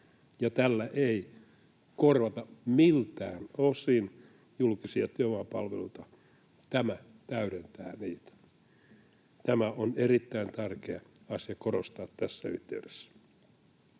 tällä ei korvata miltään osin julkisia työvoimapalveluita, tämä täydentää niitä. Tämä on erittäin tärkeä asia korostaa tässä yhteydessä.